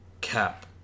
cap